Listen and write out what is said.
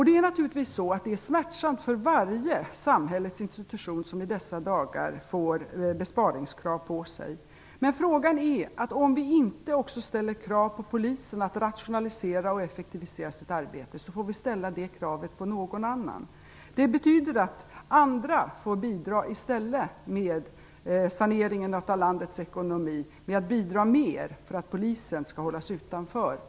Det är naturligtvis smärtsamt för varje samhällelig institution som i dessa dagar får besparingskrav på sig, men frågan är om vi inte, om vi inte ställer krav också på polisen att rationalisera och effektivisera sitt arbete, i stället får ställa det kravet på någon annan. Att hålla polisen utanför det kravet betyder att andra får bidra mer till saneringen av landets ekonomi.